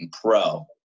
pro